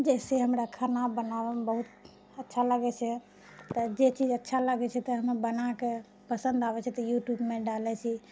जैसे हमरा खाना बनाबयमे बहुत अच्छा लागैत छै तऽ जे चीज अच्छा लागैत छै तऽ बना कऽ पसन्द आबैत छै तऽ यूट्यूबमे डालैत छी